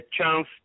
chance